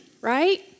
right